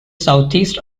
southeast